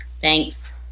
Thanks